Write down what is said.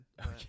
Okay